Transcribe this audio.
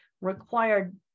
required